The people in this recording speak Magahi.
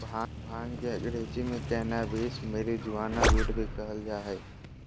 भांग के अंग्रेज़ी में कैनाबीस, मैरिजुआना, वीड भी कहल जा हइ